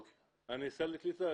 אני סל קליטה,